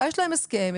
יש להם הסכם,